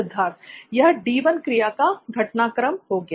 सिद्धार्थ यह D1 क्रिया का घटनाक्रम हो गया